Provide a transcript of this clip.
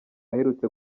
aherutse